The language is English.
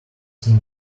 seen